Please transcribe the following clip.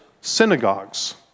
synagogues